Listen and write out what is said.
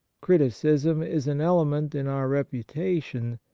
criticism is an element in our reputation,